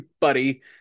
buddy